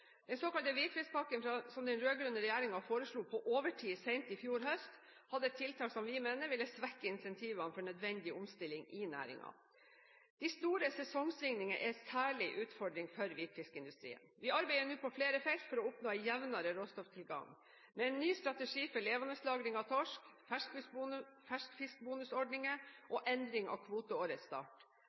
Den såkalte hvitfiskpakken som den rød-grønne regjeringen foreslo på overtid sent i fjor høst, hadde tiltak som vi mener ville svekke incentivene for nødvendig omstilling i næringen. De store sesongsvingningene er en særlig utfordring for hvitfiskindustrien. Vi arbeider nå på flere felt for å oppnå en jevnere råstofftilgang: med en ny strategi for levendelagring av torsk, ferskfiskbonusordninger og endring av